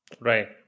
Right